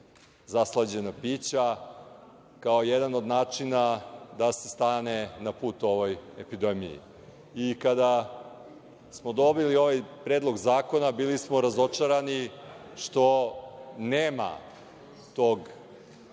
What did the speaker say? zaslađena pića, kao jedan od načina da se stane na put ovoj epidemiji. Kada smo dobili ovaj Predlog zakona bili smo razočarani što nema te